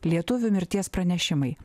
lietuvių mirties pranešimai